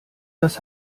das